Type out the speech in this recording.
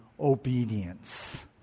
obedience